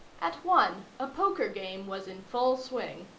at one, a poker game was in full swing.